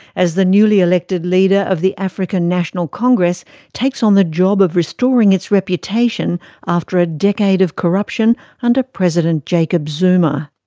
as the newly elected leader of the african national congress takes on the job of restoring its reputation after a decade of corruption under president jacob zuma.